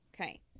Okay